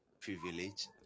privilege